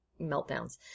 meltdowns